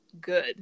good